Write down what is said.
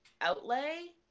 outlay